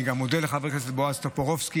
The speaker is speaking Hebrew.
אני גם מודה לחבר הכנסת בועז טופורובסקי